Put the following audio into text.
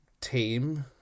team